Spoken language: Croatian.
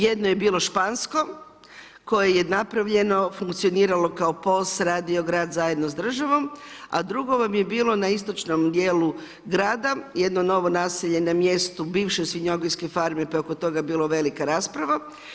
Jedno je bilo Špansko, koje je napravljeno, funkcioniralo kao POS, radio grad zajedno s državom, a drugo vam je bilo na istočnom dijelu grada, jedno novo naselje na mjestu bivše svinjogojske farme, pa je oko toga bila velika rasprava.